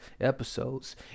episodes